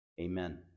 Amen